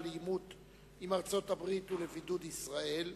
לעימות עם ארצות-הברית ולבידוד ישראל,